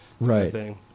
Right